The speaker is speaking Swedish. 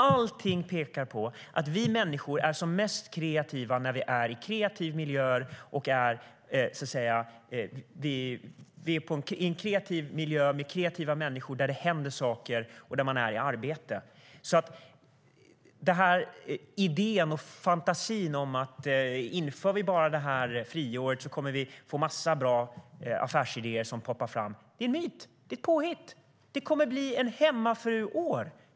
Allting pekar på att vi människor är som mest kreativa när vi är i en kreativ miljö, i en miljö med kreativa människor där det händer saker och där man är i arbete. Det är en myt, ett påhitt, att en massa bra affärsidéer kommer att poppa upp om vi bara inför friåret.